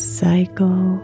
cycle